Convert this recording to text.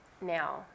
now